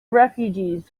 refugees